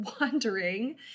wandering